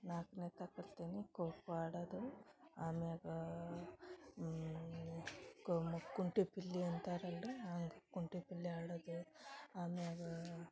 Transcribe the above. ನಾಲ್ಕನೇ ತಾ ಕಲ್ತಿನಿ ಖೋ ಖೋ ಆಡೋದು ಅಮ್ಯಾಗ ಕೋಮ್ ಕುಂಟೆ ಬಿಲ್ಲೆ ಅಂತಾರಲ್ಲ ರೀ ಹಂಗ್ ಕುಂಟೆ ಬಿಲ್ಲೆ ಆಡೋದು ಅಮ್ಯಾಗ